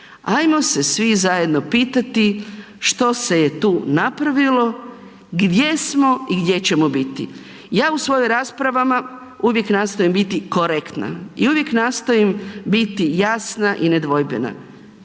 Ajmo se svi zajedno pitati što se je tu napravilo, gdje smo i gdje ćemo biti. Ja u svojim raspravama uvijek nastojim biti korektna i uvijek nastojim biti jasna i nedvojbena.